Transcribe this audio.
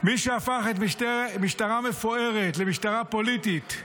מי שהפך משטרה מפוארת למשטרה פוליטית.